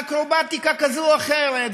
ואקרובטיקה כזאת ואחרת,